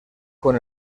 con